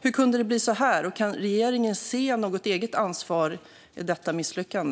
Hur kunde det bli så här, och kan regeringen se något eget ansvar i detta misslyckande?